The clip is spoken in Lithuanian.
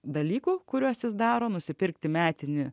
dalykų kuriuos jis daro nusipirkti metinį